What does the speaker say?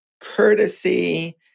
courtesy